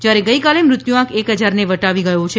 જ્યારે ગઈકાલે મૃત્યુઆંક એક હજારને વટાવી ગયો છે